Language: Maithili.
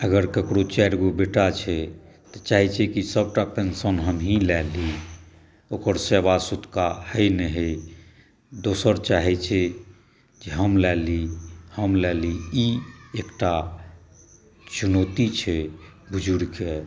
अगर ककरो चारि गो बेटा छै तऽ चाहै छै कि सबटा पेन्शन हमही लऽ ली ओकरा सेवा सत्कार होइ नहि होइ दोसर चाहै छै जे हम लऽ ली हम लऽ ली ई एकटा चुनौती छै बुजुर्गके